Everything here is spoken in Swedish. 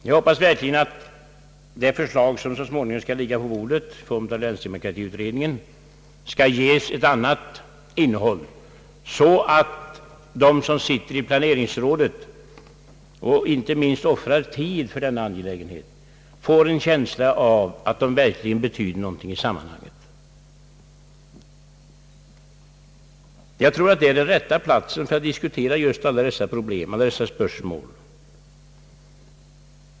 Jag hoppas verkligen att det förslag som så småningom skall framläggas av länsdemokratiutredningen skall få ett annat innehåll, så att de som sitter i planeringsrådet och inte minst offrar tid för denna angelägenhet får en känsla av att de verkligen betyder något i sammanhanget. Jag tror att det är den rätta platsen att diskutera just dessa problem och dessa spörsmål.